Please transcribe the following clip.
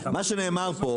מה שנאמר פה,